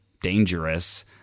dangerous